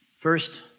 First